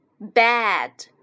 bad